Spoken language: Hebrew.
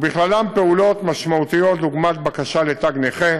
ובכללן פעולות משמעותיות, לדוגמה, בקשה לתג נכה,